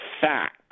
facts